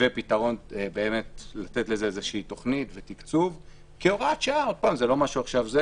לקבוע לזה איזו תוכנית ולתת תקצוב כהוראת שעה לשנתיים,